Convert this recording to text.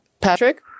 Patrick